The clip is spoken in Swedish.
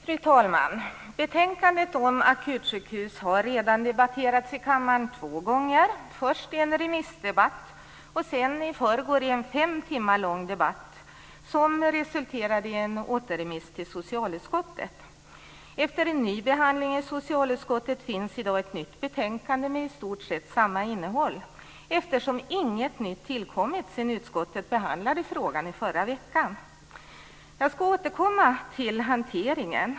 Fru talman! Betänkandet om akutsjukhus har redan debatterats i kammaren två gånger, först i en remissdebatt och i förrgår i en fem timmar lång debatt som resulterade i en återremiss till socialutskottet. Efter en ny behandling i socialutskottet finns i dag ett nytt betänkande med i stort sett samma innehåll, eftersom inget nytt tillkommit sedan utskottet behandlade frågan i förra veckan. Jag ska återkomma till hanteringen.